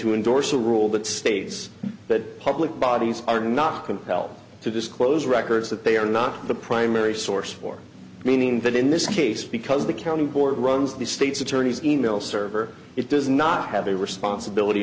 to endorse a rule that states that public bodies are not compelled to disclose records that they are not the primary source for meaning that in this case because the county board runs the state's attorney's e mail server it does not have a responsibility